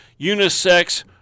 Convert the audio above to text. unisex